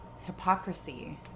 Hypocrisy